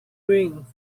ring